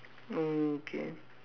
oh okay